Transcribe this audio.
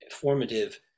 formative